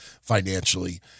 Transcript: financially